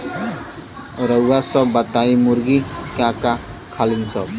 रउआ सभ बताई मुर्गी का का खालीन सब?